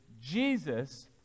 Jesus